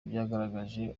byagaragaje